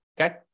okay